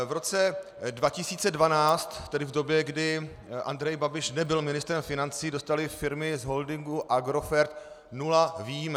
V roce 2012, tedy v době, kdy Andrej Babiš nebyl ministrem financí, dostaly firmy z holdingu Agrofert nula výjimek.